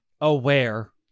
aware